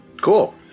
Cool